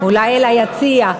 אולי אל היציע.